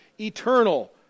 eternal